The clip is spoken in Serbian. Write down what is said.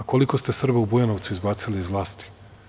Koliko ste Srba u Bujanovcu izbacili iz vlasti?